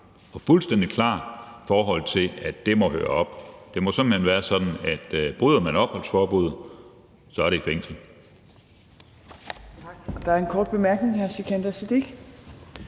var fuldstændig klar, i forhold til at det her må høre op. Det må simpelt hen være sådan, at bryder man opholdsforbuddet, så er det i fængsel.